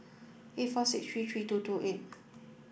eight four six three three two two eight